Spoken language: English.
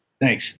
Thanks